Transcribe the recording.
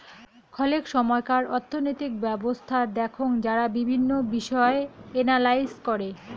খলেক সময়কার অর্থনৈতিক ব্যবছস্থা দেখঙ যারা বিভিন্ন বিষয় এনালাইস করে